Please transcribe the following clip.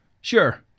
Sure